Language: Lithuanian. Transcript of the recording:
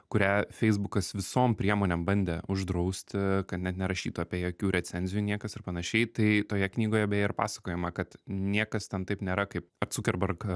kurią feisbukas visom priemonėm bandė uždrausti kad net nerašytų apie jokių recenzijų niekas ir panašiai tai toje knygoje beje ir pasakojama kad niekas ten taip nėra kaip dzukerberg